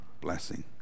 blessing